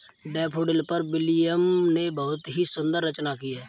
daffodil पर William ने बहुत ही सुंदर रचना की है